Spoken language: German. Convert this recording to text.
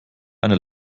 einer